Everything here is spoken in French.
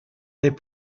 des